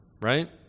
Right